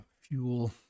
fuel